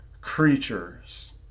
creatures